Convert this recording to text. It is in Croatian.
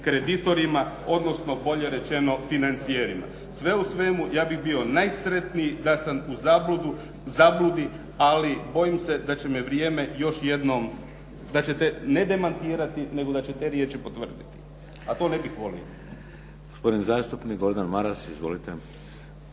kreditorima, odnosno bolje rečeno financijerima. Sve u svemu, ja bih bio najsretniji da sam u zabludi, ali bojim se da će me vrijeme još jednom, da ćete ne demantirati, nego da će te riječi potvrditi, a to ne bih volio.